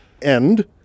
end